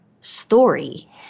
story